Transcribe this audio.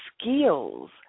skills